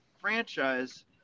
franchise